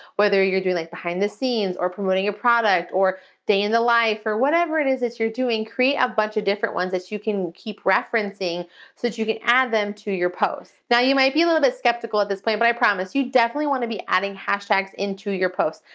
whether you're doing like behind the scenes or promoting a product or day in the life or whatever it is that you're doing, create a bunch of different ones that you can keep referencing so that you can add them to your post. now, you might be a little bit skeptical at this but i promise, you definitely want to be adding hashtags into your post.